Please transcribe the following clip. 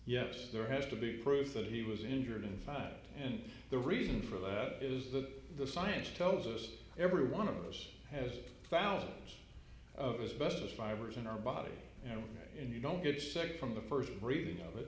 yes there has to be proof that he was injured in the fire and the reason for that is that the science tells us that every one of us has thousands of us bestest fibers in our body you know and you don't get sick from the first reading of it